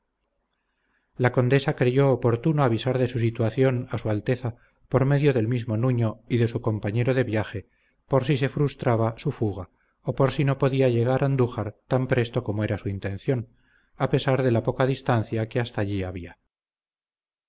la condesa creyó oportuno avisar de su situación a su alteza por medio del mismo nuño y de su compañero de viaje por si se frustraba su fuga o por si no podía llegar a andújar tan presto como era su intención a pesar de la poca distancia que hasta allí había